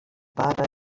pare